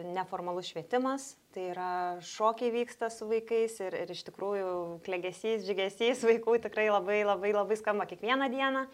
neformalus švietimas tai yra šokiai vyksta su vaikais ir ir iš tikrųjų klegesys džiugesys vaikų tikrai labai labai labai skamba kiekvieną dieną